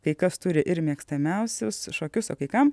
kai kas turi ir mėgstamiausius šokius o kai kam